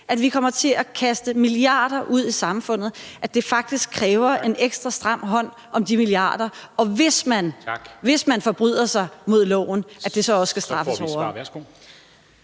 at vi kommer til at kaste milliarder ud i samfundet, at det faktisk kræver en ekstra stram hånd om de milliarder, og at hvis man forbryder sig mod loven, skal det også straffes hårdere?